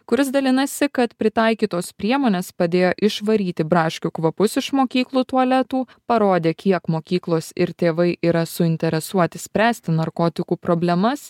kuris dalinasi kad pritaikytos priemonės padėjo išvaryti braškių kvapus iš mokyklų tualetų parodė kiek mokyklos ir tėvai yra suinteresuoti spręsti narkotikų problemas